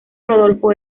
rodolfo